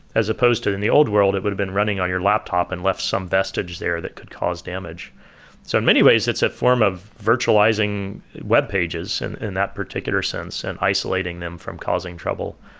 as opposed to in the old world, it would have been running on your laptop and left some vestige there that could cause damage so in many ways, it's a form of virtualizing webpages and in that particular sense and isolating them from causing trouble.